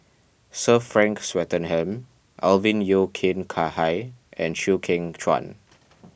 Sir Frank Swettenham Alvin Yeo Khirn Hai and Chew Kheng Chuan